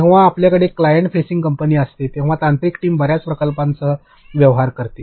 जेव्हा आपल्याकडे client facing company असते तेव्हा तांत्रिक टीम बर्याच प्रकल्पांसह व्यवहार करते